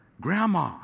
Grandma